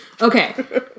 Okay